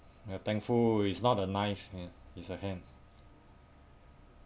ya thankful it's not a knife ya it's a hand